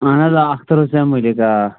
اہن حظ آ اختر حسین ملک آ